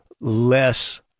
less